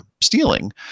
stealing